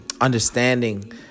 understanding